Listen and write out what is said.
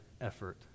effort